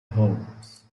holmes